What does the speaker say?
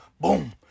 Boom